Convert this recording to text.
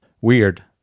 weird